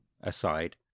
aside